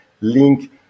link